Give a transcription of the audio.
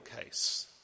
case